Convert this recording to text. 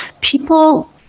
people